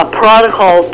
protocol